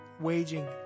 waging